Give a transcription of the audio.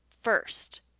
first